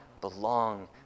belong